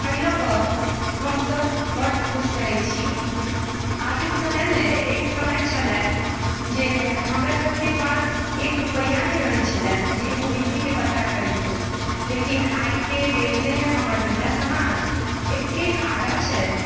एहि लअ कऽ हम सभ बड्ड खुश रहै छी आजुक समयमे एक समय छलै जे हमरा सभके पास एक रुपैआ नहि रहै छलै जे एकगो बिन्दीके पत्ता खरीदतहुँ लेकिन आइके डेटमे हमर महिला समाज एतेक आगा छथि